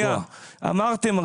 אמרתם,